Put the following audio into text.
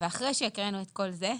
אחרי שהקראנו את כל זה,